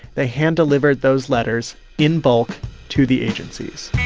they hand-delivered those letters in bulk to the agencies